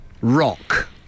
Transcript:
Rock